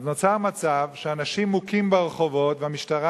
אז נוצר מצב שאנשים מוכים ברחובות והמשטרה